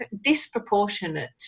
disproportionate